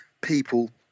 people